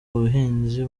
buhinzi